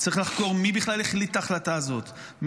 צריך לחקור מי בכלל החליט את ההחלטה הזאת,